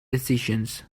decisions